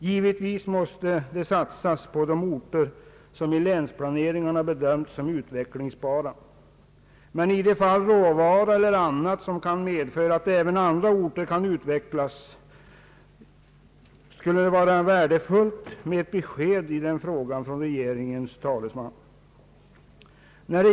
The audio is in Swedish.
Givetvis måste det satsas på de orter som i länsplaneringarna bedöms som utvecklingsbara, men i de fall råvaror eller annat kan medföra att även andra orter kan utvecklas skulle det vara värdefullt med ett besked i den frågan från regeringens talesman.